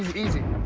easy.